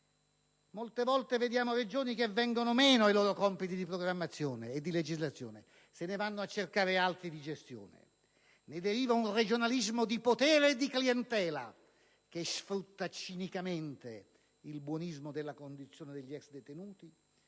molte volte vediamo Regioni che vengono meno ai loro compiti di programmazione e di legislazione e se ne vanno a cercare altri di gestione. Ne deriva un regionalismo di potere e di clientela, che sfrutta cinicamente il buonismo della condizione degli ex detenuti,